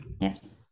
Yes